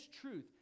truth